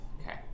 Okay